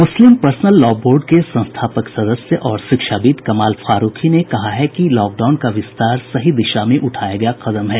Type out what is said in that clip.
मुस्लिम personal law board के संस्थापक सदस्य और शिक्षाविद कमाल फारूकी ने कहा है कि लॉकडाउन का विस्तार सही दिशा में उठाया गया कदम है